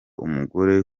umugore